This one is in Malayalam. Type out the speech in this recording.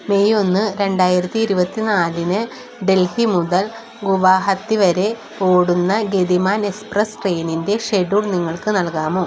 മെയ് ഒന്ന് രണ്ടായിരത്തി ഇരുപത്തി നാലിന് ഡൽഹി മുതൽ ഗുവാഹത്തി വരെ ഓടുന്ന ഗതിമാൻ എക്സ്പ്രസ്സ് ട്രെയിനിൻ്റെ ഷെഡ്യൂൾ നിങ്ങൾക്കു നൽകാമോ